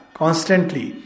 constantly